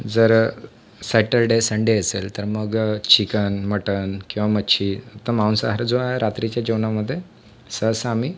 जर Saturday Sunday असेल तर मग चिकन मटण किंवा मच्छी तर मांसाहार जो आहे रात्रीच्या जेवणामधे सहसा आम्ही